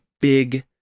big